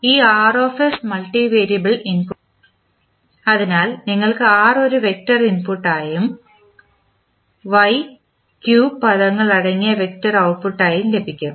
അതിനാൽ ഈ മൾട്ടിവേരിയബിൾ ഇൻപുട്ടാണ് അതിനാൽ നിങ്ങൾക്ക് ഒരു വെക്റ്റർ ഇൻപുട്ടായും Y q പദങ്ങൾ അടങ്ങിയ വെക്റ്റർ ഔട്ട്പുട്ടായും ലഭിക്കും